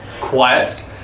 quiet